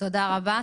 תודה רבה.